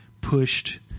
pushed